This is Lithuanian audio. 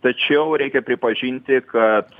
tačiau reikia pripažinti kad